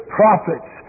prophets